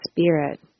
spirit